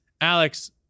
Alex